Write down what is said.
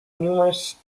numerous